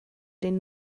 den